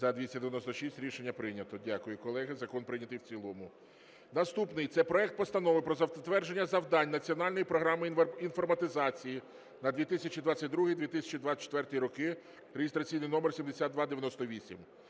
За-296 Рішення прийнято. Дякую, колеги. Закон прийнятий в цілому. Наступний. Це проект Постанови про затвердження завдань Національної програми інформатизації на 2022-2024 роки (реєстраційний номер 7298).